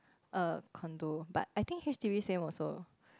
a condo but I think H_D_B same also